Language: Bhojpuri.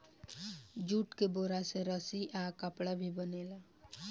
जूट के बोरा से रस्सी आ कपड़ा भी बनेला